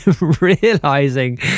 realizing